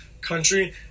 country